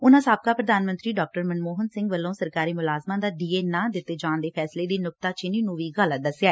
ਉਨਾਂ ਸਾਬਕਾ ਪ੍ਧਾਨ ਮੰਤਰੀ ਡਾ ਮਨਮੋਹਨ ਸਿੰਘ ਵਲੋ ਸਰਕਾਰੀ ਮੁਲਾਜਮਾਂ ਦਾ ਡੀਏ ਨਾ ਦਿੱਤੇ ਜਾਣ ਦੇ ਫੈਸਲੇ ਦੀ ਨੁਕਤਾਚੀਨੀ ਨੂੰ ਵੀ ਗਲਤ ਦੱਸਿਐ